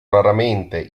raramente